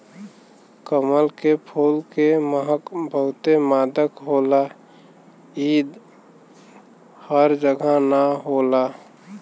कमल के फूल के महक बहुते मादक होला इ हर जगह ना होला